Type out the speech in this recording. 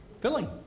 filling